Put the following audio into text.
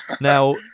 Now